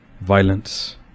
Violence